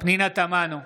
פנינה תמנו,